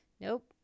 Nope